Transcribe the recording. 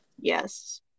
Yes